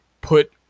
put